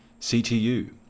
CTU